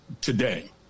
today